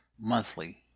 monthly